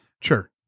Sure